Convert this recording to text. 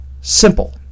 simple